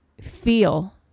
feel